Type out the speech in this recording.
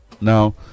now